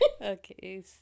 Okay